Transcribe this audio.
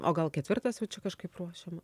o gal ketvirtas jau čia kažkaip ruošiama